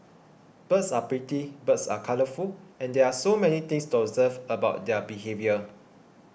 birds are pretty birds are colourful and there are so many things to observe about their behaviour